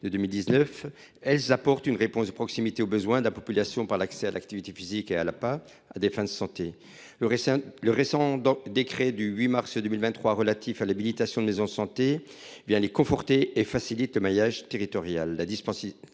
en 2019. Celles ci apportent en effet une réponse de proximité aux besoins de la population par l’accès à l’activité physique et à l’activité physique adaptée (APA) à des fins de santé. Le récent décret du 8 mars 2023 relatif à l’habilitation des maisons sport santé vient les conforter et facilite le maillage territorial.